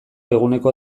eguneko